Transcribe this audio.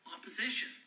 opposition